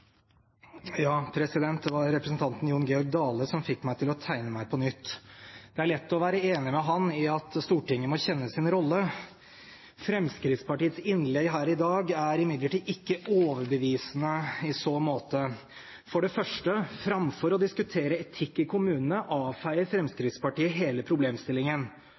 Det var representanten Jon Georg Dale som fikk meg til å tegne meg på nytt. Det er lett å være enig med ham i at Stortinget må kjenne sin rolle. Fremskrittspartiets innlegg her i dag er i imidlertid ikke overbevisende i så måte. For det første: Framfor å diskutere etikk i kommunene avfeier Fremskrittspartiet hele problemstillingen.